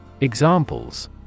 Examples